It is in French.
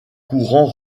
courant